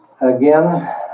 again